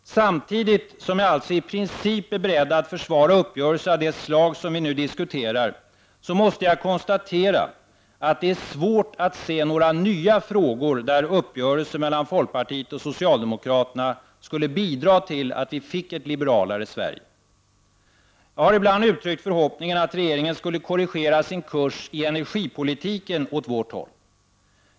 Samtidigt som jag alltså i princip är beredd att försvara uppgörelser av det slag som vi nu diskuterar, måste jag konstatera att det är svårt att se några nya frågor där uppgörelser mellan folkpartiet och socialdemokraterna skulle bidra till att vi fick ett liberalare Sverige. Jag har ibland uttryckt förhoppningen att regeringen skulle korrigera sin kurs i energipolitiken åt vårt håll.